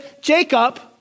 Jacob